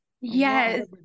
Yes